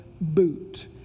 boot